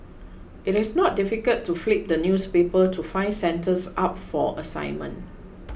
it is not difficult to flip the newspapers to find centres up for assignment